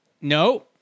no